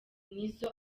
nizo